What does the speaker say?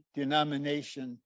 denomination